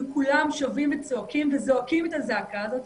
וכולם שבים וצועקים וזועקים את הזעקה הזאת,